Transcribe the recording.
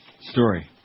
story